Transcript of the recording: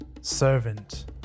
servant